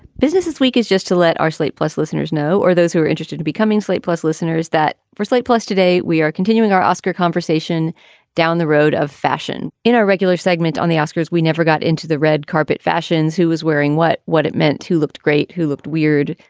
business week is just to let our slate plus listeners know or those who are interested in becoming slate plus listeners, that for slate. plus, today, we are continuing our oscar conversation down the road of fashion in our regular segment on the oscars. we never got into the red carpet fashions. who is wearing what? what it meant, who looked great, who looked weird.